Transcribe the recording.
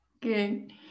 Good